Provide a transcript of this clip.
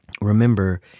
remember